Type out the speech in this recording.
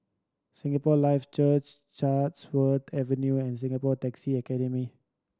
Singapore Life Church Chatsworth Avenue and Singapore Taxi Academy